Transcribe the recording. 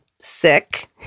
sick